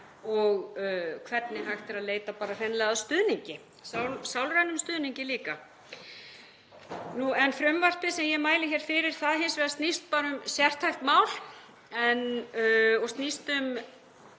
og hvernig hægt er að leita hreinlega að stuðningi, sálrænum stuðningi líka. Frumvarpið sem ég mæli hér fyrir snýst hins vegar bara um sértækt mál. Það snýst um